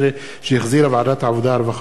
שהחזירה ועדת העבודה, הרווחה והבריאות.